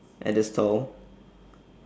at the stall